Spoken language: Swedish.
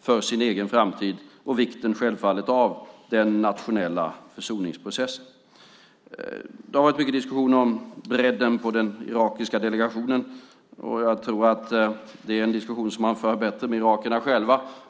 för sin egen framtid - och självfallet vikten av den nationella försoningsprocessen. Det har varit mycket diskussioner om bredden på den irakiska delegationen. Jag tror att det är en diskussion som man för bättre med irakierna själva.